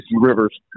Rivers